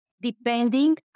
depending